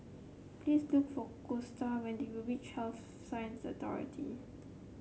please look for Gusta when you reach Health Sciences Authority